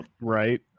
right